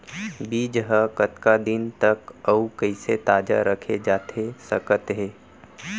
बीज ह कतका दिन तक अऊ कइसे ताजा रखे जाथे सकत हे?